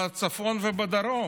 בצפון ובדרום,